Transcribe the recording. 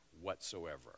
whatsoever